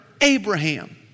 Abraham